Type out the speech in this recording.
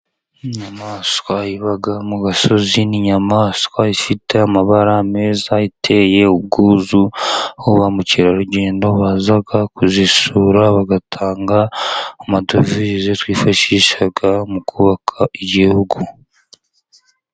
Inyamaswa iba mu gasozi, ni inyamaswa ifite amabara meza, iteye ubwuzu. Ba mukerarugendo baza kuzisura bagatanga amadovize twifashisha mu kubaka Igihugu.